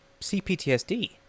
CPTSD